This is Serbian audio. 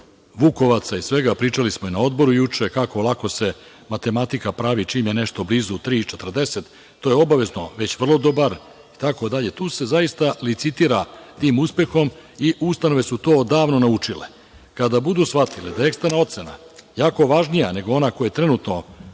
vukovaca i svega. Pričali smo i na odboru juče kako lako se matematika pravi čim je nešto blizu 3,40, to je obavezno već vrlo dobar itd. Tu se zaista licitira tim uspehom i ustanove su to odavno naučile. Kada budu shvatile da je eksterna ocena jako važnija nego ona koja trenutno